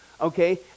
okay